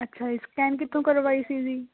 ਅੱਛਾ ਜੀ ਸਕੈਨ ਕਿੱਥੋਂ ਕਰਵਾਈ ਸੀ ਜੀ